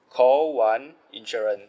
call one insurance